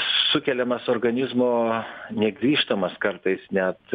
sukeliamas organizmo negrįžtamas kartais net